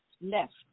Left